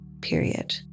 Period